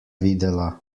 videla